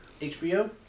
HBO